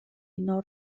dinou